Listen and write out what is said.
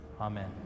Amen